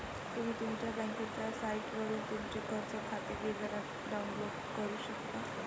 तुम्ही तुमच्या बँकेच्या साइटवरून तुमचे कर्ज खाते विवरण डाउनलोड करू शकता